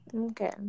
Okay